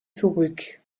zurück